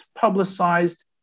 publicized